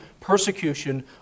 persecution